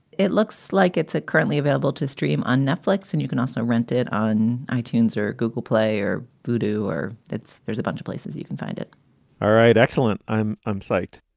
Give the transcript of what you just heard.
it looks like it's currently available to stream on netflix and you can also rent it on itunes or google play or voodoo or that's there's a bunch of places you can find it all right. excellent. i'm i'm psyched.